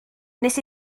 wnes